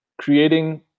creating